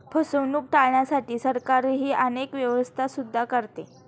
फसवणूक टाळण्यासाठी सरकारही अनेक व्यवस्था सुद्धा करते